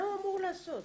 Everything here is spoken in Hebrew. מה הוא אמור לעשות?